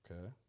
Okay